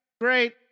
Great